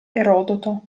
erodoto